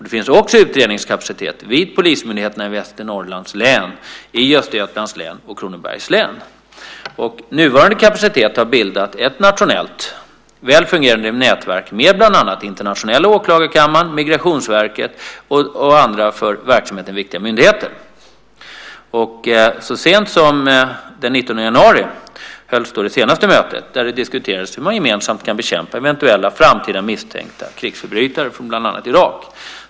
Det finns också utredningskapacitet vid polismyndigheterna i Västernorrlands län, i Östergötlands län och i Kronobergs län. Nuvarande kapacitet har bildat ett nationellt väl fungerande nätverk med bland annat internationella åklagarkammaren, Migrationsverket och andra för verksamheten viktiga myndigheter. Så sent som den 19 januari hölls det senaste mötet, där det diskuterades hur man gemensamt kan bekämpa eventuella framtida misstänkta krigsförbrytare från bland annat Irak.